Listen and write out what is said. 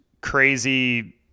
crazy